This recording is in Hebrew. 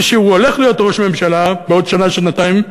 היא שהוא הולך להיות ראש ממשלה בעוד שנה-שנתיים,